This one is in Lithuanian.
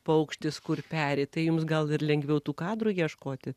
paukštis kur peri tai jums gal ir lengviau tų kadrų ieškoti